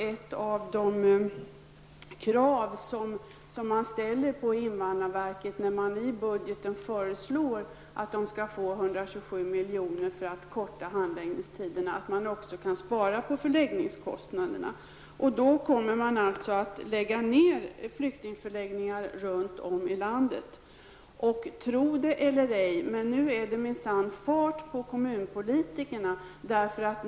Ett av de krav som ställs på invandrarverket, när man i budgeten föreslår att verket skall få 127 milj.kr. för att korta handläggningstiderna, är att verket också kan spara på förläggningskostnaderna. Invandrarverket kommer att lägga ned flyktingförläggningar runt om i landet. Tro det eller ej, men nu är det minsann fart på kommunpolitikerna.